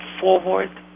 forward